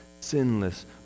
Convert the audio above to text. sinless